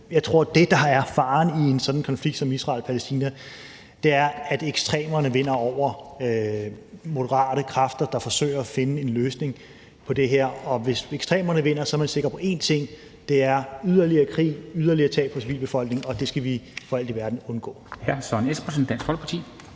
Jeg tror, at det, der er faren i en sådan konflikt som Israel-Palæstina-konflikten, er, at ekstremerne vinder over moderate kræfter, der forsøger at finde en løsning på det her. Og hvis ekstremerne vinder, er man sikker på en ting: Det er yderligere krig, yderligere tab for civilbefolkningen. Og det skal vi for alt i verden undgå.